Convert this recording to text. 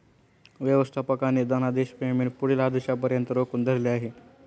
व्यवस्थापकाने धनादेश पेमेंट पुढील आदेशापर्यंत रोखून धरले आहे